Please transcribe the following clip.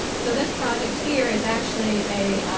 so this project here is actually a